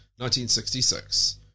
1966